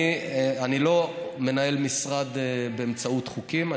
אני לא מנהל משרד באמצעות חוקים.